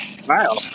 wow